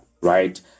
right